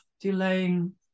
delaying